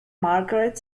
margaret